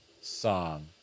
song